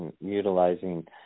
utilizing